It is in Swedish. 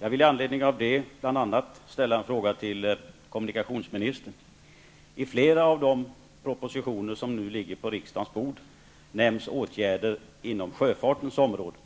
Med anledning av bl.a. detta vill jag ställa en fråga till kommunikationsministern. I flera av de propositioner som nu ligger på riksdagens bord nämns åtgärder inom sjöfartens område.